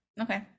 Okay